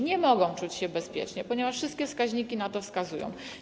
Nie mogą czuć się bezpiecznie, ponieważ wszystkie wskaźniki na to wskazują.